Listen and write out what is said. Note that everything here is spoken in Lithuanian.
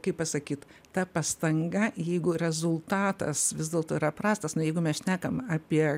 kaip pasakyt ta pastanga jeigu rezultatas vis dėlto yra prastas na jeigu mes šnekam apie